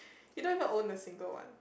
you don't even own a single one